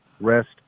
rest